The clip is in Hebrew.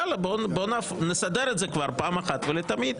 בואו נסדר את זה פעם אחת ולתמיד.